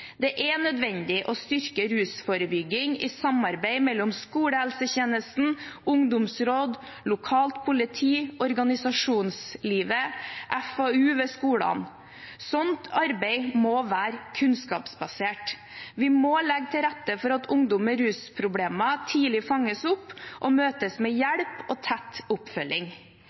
Det er nødvendig å styrke rusforebygging i samarbeid mellom skolehelsetjenesten, ungdomsråd, lokalt politi, organisasjonslivet og FAU ved skolene. Sånt arbeid må være kunnskapsbasert. Vi må legge til rette for at ungdom med rusproblemer tidlig fanges opp og møtes med hjelp og tett oppfølging.